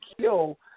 kill